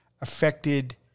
affected